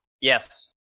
Yes